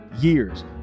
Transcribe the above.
years